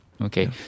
Okay